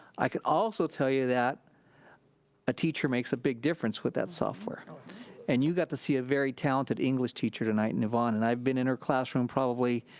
i can also tell you that a teacher makes a big different with that software, and you got to see a very talented english teacher tonight in evonne, and i've been in her classroom probably,